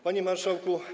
Panie Marszałku!